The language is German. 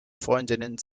freundinnen